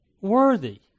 worthy